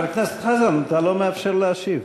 חבר הכנסת חזן, אתה לא מאפשר להשיב.